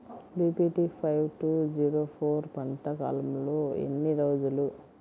BPT five two zero four పంట కాలంలో ఎన్ని రోజులు?